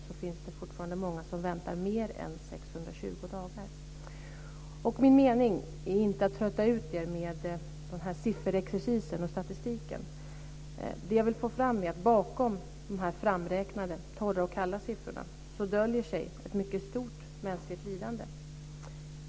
Det finns alltså fortfarande många som väntar mer än Det är inte min mening att trötta ut er med den här sifferexercisen och statistiken. Det jag vill få fram är att bakom de här framräknade torra och kalla siffrorna döljer sig ett mycket stort mänskligt lidande.